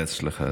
בהצלחה,